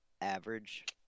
average